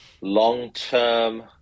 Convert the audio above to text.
long-term